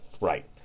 Right